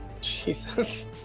Jesus